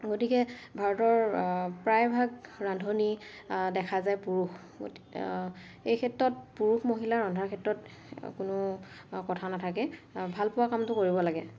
গতিকে ভাৰতৰ প্ৰায়ভাগ ৰান্ধনি দেখা যায় পুৰুষ এই ক্ষেত্ৰত পুৰুষ মহিলা ৰন্ধাৰ ক্ষেত্ৰত কোনো কথা নাথাকে ভালপোৱা কামটো কৰিব লাগে